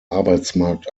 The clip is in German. arbeitsmarkt